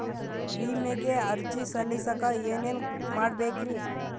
ವಿಮೆಗೆ ಅರ್ಜಿ ಸಲ್ಲಿಸಕ ಏನೇನ್ ಮಾಡ್ಬೇಕ್ರಿ?